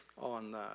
on